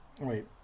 Wait